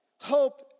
Hope